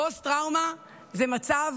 פוסט-טראומה זה מצב